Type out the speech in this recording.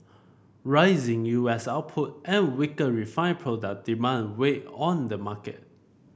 rising U S output and weaker refined product demand weighed on the market